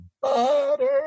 butter